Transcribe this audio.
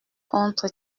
contre